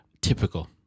typical